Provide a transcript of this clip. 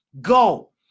Go